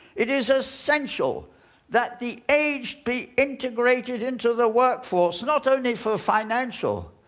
it is essential that the aged be integrated into the workforce, not only for financial,